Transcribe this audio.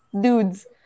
dudes